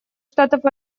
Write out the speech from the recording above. штатов